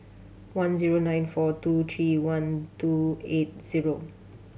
one zero nine four two three one two eight zero